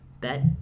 Bet